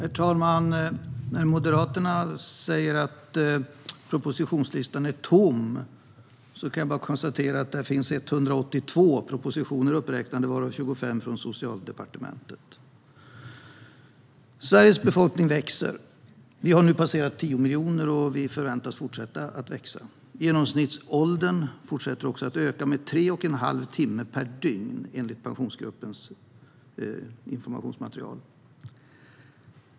Herr talman! Moderaterna säger att propositionslistan är tom. Jag kan bara konstatera att det finns 182 propositioner uppräknade, varav 25 från Socialdepartementet. Sveriges befolkning växer. Vi har nu passerat 10 miljoner, och vi förväntas fortsätta att växa. Genomsnittsåldern fortsätter också att öka med tre och en halv timme per dygn, enligt Pensionsgruppens informationsmaterial.